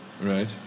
Right